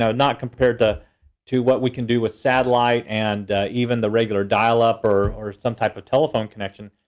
not compared to to what we can do with satellite and even the regular dial-up or or some type of telephone connection,